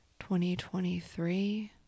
2023